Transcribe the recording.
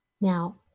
Now